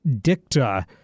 Dicta